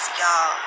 y'all